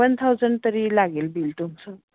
one thousand तरी लागेल bill तुमचं